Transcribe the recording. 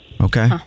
Okay